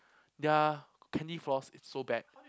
their candy floss is so bad